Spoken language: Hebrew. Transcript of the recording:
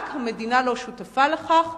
רק המדינה לא שותפה לכך.